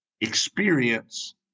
experience